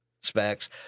specs